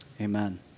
Amen